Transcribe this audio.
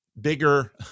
bigger